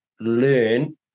learn